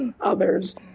others